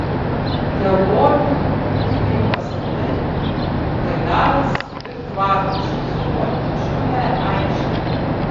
geltoni ūkiniai pastatai laidaras ir tvartas supo didžiulę aikštę